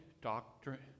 doctrine